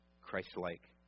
Christ-like